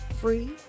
free